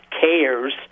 cares